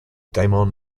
damon